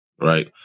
right